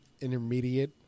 intermediate